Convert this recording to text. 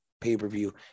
pay-per-view